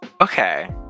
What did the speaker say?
okay